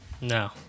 No